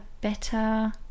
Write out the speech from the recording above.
better